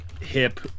hip